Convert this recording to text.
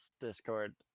Discord